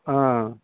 ఆ